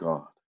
God